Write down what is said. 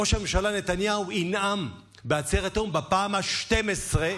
ראש הממשלה נתניהו ינאם בעצרת האו"ם בפעם ה-12,